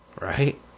Right